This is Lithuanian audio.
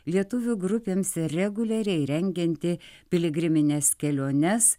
lietuvių grupėms reguliariai rengianti piligrimines keliones